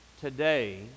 today